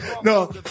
No